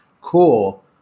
cool